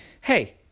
Hey